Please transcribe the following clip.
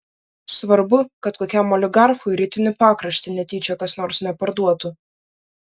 svarbu kad kokiam oligarchui rytinį pakraštį netyčia kas nors neparduotų